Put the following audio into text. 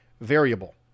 variable